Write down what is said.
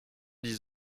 dix